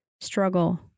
struggle